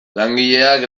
langileak